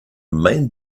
main